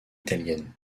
italienne